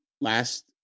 last